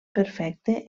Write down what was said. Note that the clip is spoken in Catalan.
perfecte